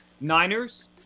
Niners